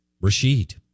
Rashid